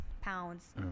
pounds